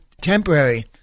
temporary